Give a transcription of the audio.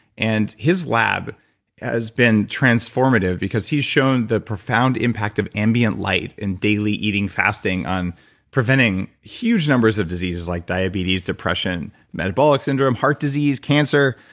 and his lab has been transformative because he's shown the profound impact of ambient light in daily eating fasting on preventing huge numbers of diseases like diabetes, depression, metabolic syndrome, heart disease, cancer,